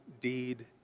deed